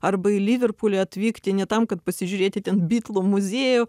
arba į liverpulį atvykti ne tam kad pasižiūrėti ten bitlų muziejų